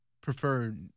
prefer